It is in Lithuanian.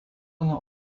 nuo